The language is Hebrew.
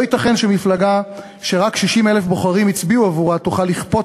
לא ייתכן שמפלגה שרק 60,000 בוחרים הצביעו עבורה תוכל לכפות